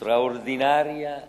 האירוע היחיד